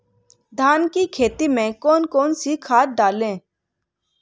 धान की खेती में कौन कौन सी खाद डालें?